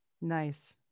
nice